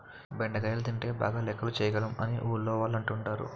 బెండకాయలు తింటే బాగా లెక్కలు చేయగలం అని ఊర్లోవాళ్ళు అంటుంటారు